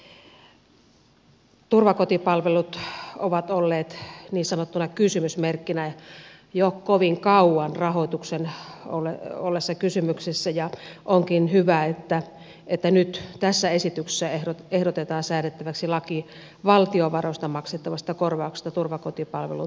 turvakotipalvelut ovat olleet niin sanottuna kysymysmerkkinä jo kovin kauan rahoituksen ollessa kysymyksessä ja onkin hyvä että nyt tässä esityksessä ehdotetaan säädettäväksi laki valtion varoista maksettavasta korvauksesta turvakotipalvelun tuottajalle